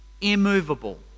immovable